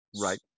Right